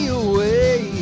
away